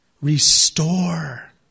Restore